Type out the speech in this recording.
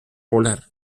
polar